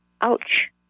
Ouch